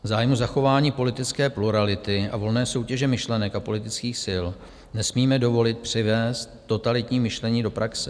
V zájmu zachování politické plurality a volné soutěže myšlenek a politických sil nesmíme dovolit přivést totalitní myšlení do praxe.